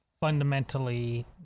fundamentally